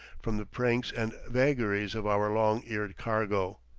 from the pranks and vagaries of our long-eared cargo.